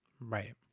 Right